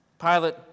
Pilate